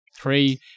Three